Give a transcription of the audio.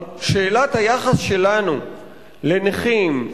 שאלת היחס שלנו לנכים,